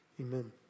Amen